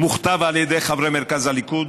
מוכתב על ידי חברי מרכז הליכוד?